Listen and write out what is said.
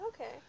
Okay